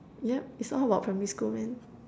yup it's all about primary school man